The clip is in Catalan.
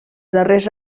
darrers